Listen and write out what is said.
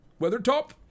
Weathertop